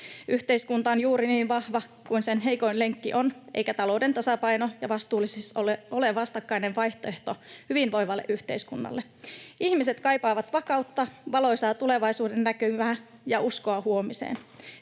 Yhteiskunta on juuri niin vahva kuin sen heikoin lenkki on, eikä talouden tasapaino ja vastuullisuus ole vastakkainen vaihtoehto hyvinvoivalle yhteiskunnalle. Ihmiset kaipaavat vakautta, valoisaa tulevaisuudennäkymää ja uskoa huomiseen.